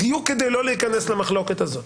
בדיוק כדי לא להיכנס למחלוקת הזאת.